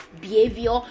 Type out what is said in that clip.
behavior